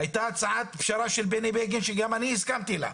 הייתה הצעת פשרה של בני בגין, שגם אני הסכמתי לה.